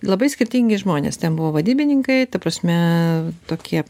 labai skirtingi žmonės ten buvo vadybininkai ta prasme tokie